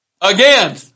Again